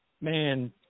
Man